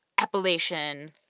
Appellation